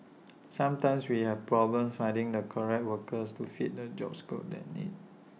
sometimes we have problems finding the correct workers to fit the job scope that need